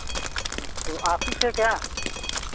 अच्छा ऑफिस है क्या